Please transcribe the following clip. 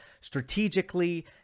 strategically